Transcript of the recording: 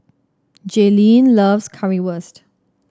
Jalynn loves Currywurst